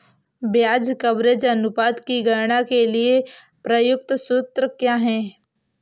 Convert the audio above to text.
ब्याज कवरेज अनुपात की गणना के लिए प्रयुक्त सूत्र क्या है?